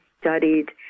studied